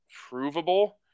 provable